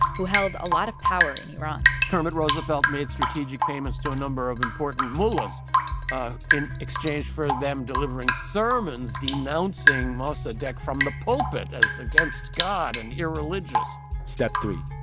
who held a lot of power in iran kermit roosevelt made strategic payments to a number of important mullahs in exchange for them delivering sermons denouncing mossadegh from the pulpit as against god and irreligious step three,